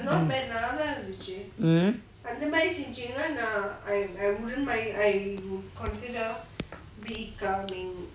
mmhmm